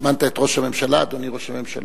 הזמנת את ראש הממשלה, "אדוני ראש הממשלה".